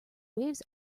waves